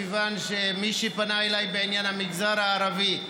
מכיוון שמי שפנה אליי בעניין המגזר הערבי,